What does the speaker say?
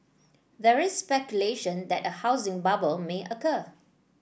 there is speculation that a housing bubble may occur